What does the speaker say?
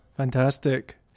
Fantastic